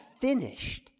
finished